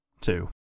two